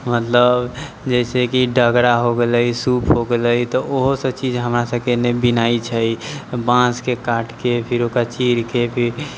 मतलब जैसे कि डगरा हो गेलै सूप हो गेलै तऽ ओहो सब चीज हमरा सबके नहि बिनाइ छै बाँसके काटिके फिर ओकरा चीरके फिर